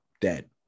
dead